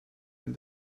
and